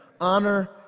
honor